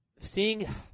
seeing